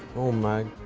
oh my.